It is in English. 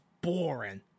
boring